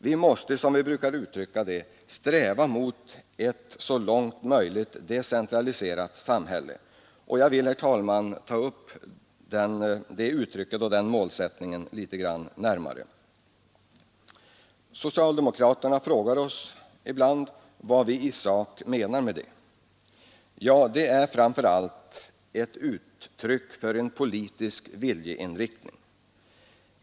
Vi måste, som vi brukar uttrycka det, sträva mot ett så långt möjligt decentraliserat samhälle. Jag vill, herr talman, gå in på den målsättningen litet närmare. Socialdemokraterna frågar oss ibland vad vi i sak menar med detta. Ja, det är framför allt ett uttryck för en politisk viljeinriktning.